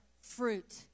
fruit